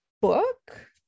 book